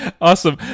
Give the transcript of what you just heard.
Awesome